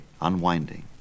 unwinding